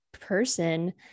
person